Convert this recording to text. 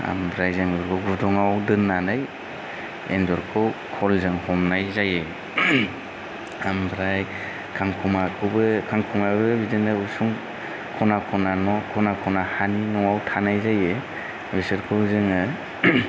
ओमफ्राय जों बेखौ गुदुंआव दोन्नानै एन्जरखौ खलजों हमनाय जायो ओमफ्राय खांखमाखौबो खांखमायाबो बिदिनो उसुं खना खना न' खना खना हानि न'आव थानाय जायो बिसोरखौ जोङो